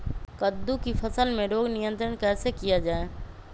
कददु की फसल में रोग नियंत्रण कैसे किया जाए?